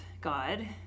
God